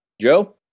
Joe